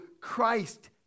Christ